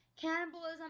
Cannibalism